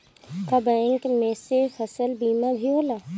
का बैंक में से फसल बीमा भी होला?